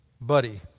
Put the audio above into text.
Buddy